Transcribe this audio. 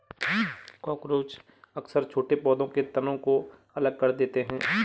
cockroach अक्सर छोटे पौधों के तनों को अलग कर देते हैं